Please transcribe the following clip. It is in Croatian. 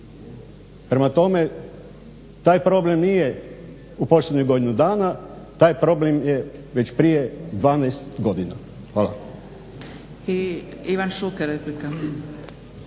Prema tome, taj problem nije u posljednjih godinu dana, taj problem je već prije 12 godina. Hvala. **Zgrebec, Dragica